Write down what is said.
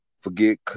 forget